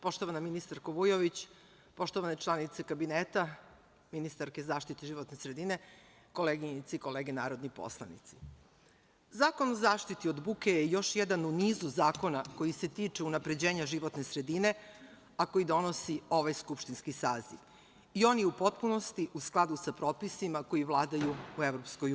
Poštovana ministarko Vujović, poštovane članice Kabineta, ministarke zaštite životne sredine, koleginice i kolege narodni poslanici, Zakon o zaštiti od buke je još jedan u nizu zakona koji se tiče unapređenja životne sredine, a koji donosi ovaj skupštinski Saziv i on je u potpunosti u skladu sa propisima koji vladaju u EU.